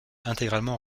intégralement